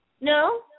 No